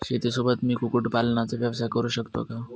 शेतीसोबत मी कुक्कुटपालनाचा व्यवसाय करु शकतो का?